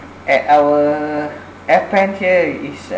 at our F pen here is